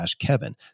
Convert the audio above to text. kevin